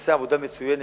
הוא עושה עבודה מצוינת.